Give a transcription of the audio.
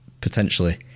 potentially